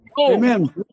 Amen